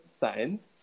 Science